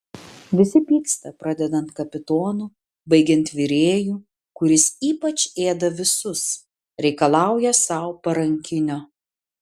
visi pyksta pradedant kapitonu baigiant virėju kuris ypač ėda visus reikalauja sau parankinio